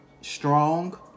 strong